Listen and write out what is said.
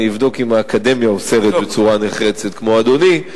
אני אבדוק אם האקדמיה אוסרת בצורה נחרצת כמו אדוני,